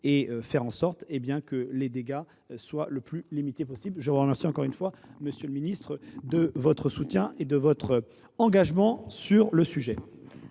de faire en sorte que les dégâts soient les plus limités possible. Je vous remercie encore une fois de votre soutien et de votre engagement sur le sujet.